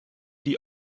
die